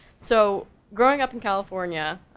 so, growing up in california,